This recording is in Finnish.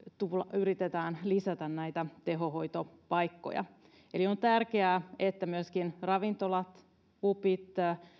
yritetään lisätä näitä tehohoitopaikkoja eli on tärkeää että myöskin ravintolat pubit